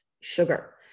sugar